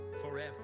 forever